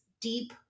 deep